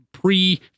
Pre